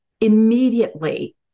immediately